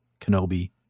Kenobi